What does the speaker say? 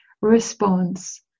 response